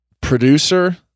producer